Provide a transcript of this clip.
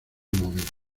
momento